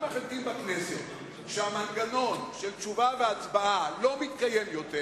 אם מחליטים בכנסת שהמנגנון של תשובה והצבעה לא מתקיים יותר